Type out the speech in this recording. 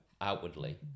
outwardly